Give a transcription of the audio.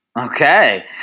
Okay